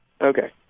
Okay